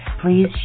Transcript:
please